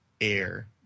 air